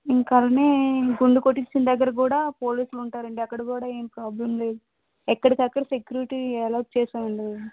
ఇంకానీ గుండు కొట్టించ్చుకునే దగ్గర కూడా పోలీసులు ఉంటారండి అక్కడకూడా ఏం ప్రోబ్లమ్ లేదు ఎక్కడికక్కడ సెక్రూరిటీ ఎలోట్ చేసామండి మేము